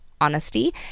honesty